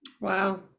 Wow